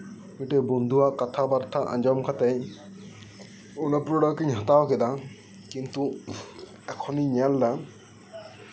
ᱢᱤᱫ ᱴᱮᱱ ᱵᱚᱱᱫᱷᱩ ᱟᱜ ᱠᱟᱛᱷᱟ ᱵᱟᱨᱛᱟ ᱟᱸᱡᱚᱢ ᱠᱟᱛᱮᱫ ᱚᱱᱟ ᱯᱨᱚᱰᱟᱠᱴ ᱤᱧ ᱦᱟᱛᱟᱣ ᱠᱮᱫᱟ ᱠᱤᱱᱛᱩ ᱮᱠᱷᱚᱱᱤᱧ ᱧᱮᱞ ᱮᱫᱟ